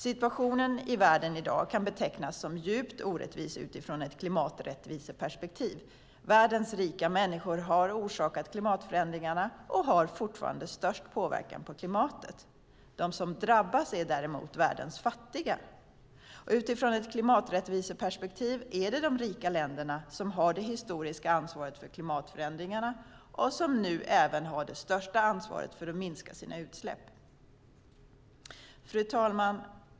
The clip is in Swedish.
Situationen i världen i dag kan betecknas som djupt orättvis utifrån ett klimaträttviseperspektiv. Världens rika människor har orsakat klimatförändringarna och har fortfarande störst påverkan på klimatet. De som drabbas är däremot världens fattiga. Utifrån ett klimaträttviseperspektiv är det de rika länderna som har det historiska ansvaret för klimatförändringarna och som nu även har det största ansvaret för att minska sina utsläpp. Fru talman!